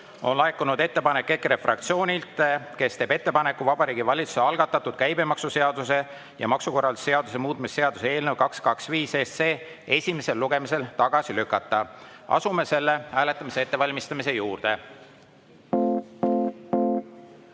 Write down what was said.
on laekunud ettepanek EKRE fraktsioonilt, kes teeb ettepaneku Vabariigi Valitsuse algatatud käibemaksuseaduse ja maksukorralduse seaduse muutmise seaduse eelnõu 225 esimesel lugemisel tagasi lükata. Asume selle hääletamise ettevalmistamise juurde.